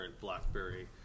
blackberry